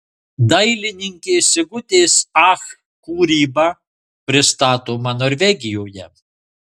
dailininkės sigutės ach kūryba pristatoma norvegijoje